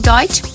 Deutsch